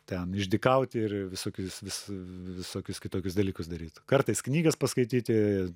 ten išdykauti ir visokius vis v visokius kitokius dalykus daryt kartais knygas paskaityti